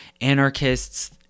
anarchists